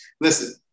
Listen